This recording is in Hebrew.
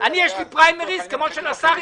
למרות שאתה אומר